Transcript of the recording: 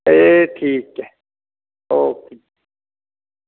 ते ठीक ऐ ओके जी